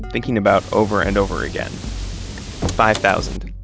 thinking about over and over again five thousand.